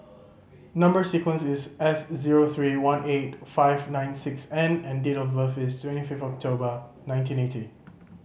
number sequence is S zero three one eight five nine six N and date of birth is twenty five October nineteen ninety